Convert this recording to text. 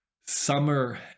summer